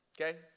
Okay